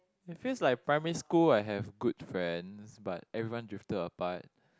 it feels like primary school I have good friends but everyone drifted apart